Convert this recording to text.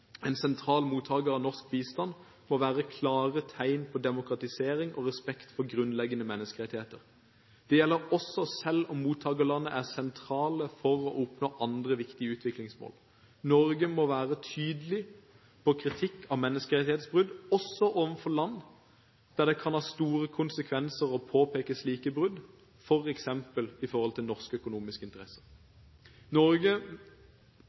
klare tegn på demokratisering og respekt for grunnleggende menneskerettigheter. Dette gjelder også selv om mottakerlandene er sentrale for å oppnå andre viktige utviklingsmål. Norge må være tydelig på kritikk av menneskerettighetsbrudd også overfor land der det kan ha store konsekvenser å påpeke slike brudd, f.eks. for norske økonomiske interesser. Høyre mener at norsk